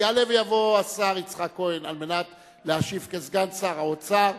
יעלה ויבוא השר יצחק כהן להשיב, כסגן שר האוצר,